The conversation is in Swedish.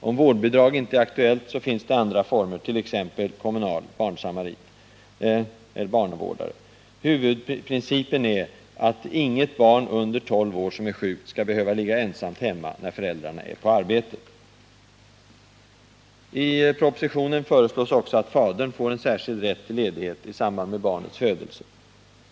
Om vårdbidrag inte är aktuellt finns det andra former, t.ex. kommunal barnvårdare. Huvudprincipen är att inget barn under tolv år som är sjukt skall behöva ligga ensamt hemma när föräldrarna är på arbetet. I propositionen föreslås också att fadern får en särskild rätt till ledighet i samband med barnets födelse.